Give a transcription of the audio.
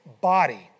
body